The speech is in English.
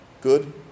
good